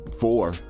four